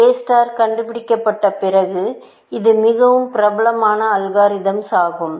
எ star கண்டுபிடிக்கப்பட்ட பிறகு இது மிகவும் பிரபலமான அல்காரிதம்ஸ் ஆகும்